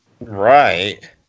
Right